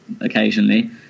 occasionally